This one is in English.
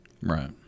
Right